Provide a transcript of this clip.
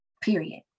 Period